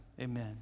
amen